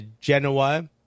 Genoa